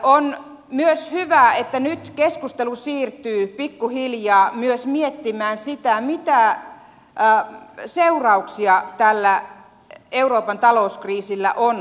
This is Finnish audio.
on myös hyvä että nyt keskustelu siirtyy pikkuhiljaa miettimään sitä mitä seurauksia tällä euroopan talouskriisillä on eri maissa